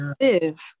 live